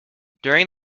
during